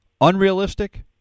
unrealistic